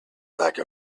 like